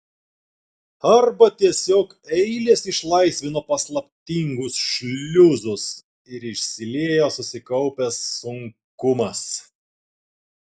arba tiesiog eilės išlaisvino paslaptingus šliuzus ir išsiliejo susikaupęs sunkumas